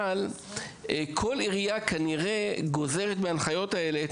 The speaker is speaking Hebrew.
אבל כנראה שכל עירייה גוזרת מההנחיות האלה את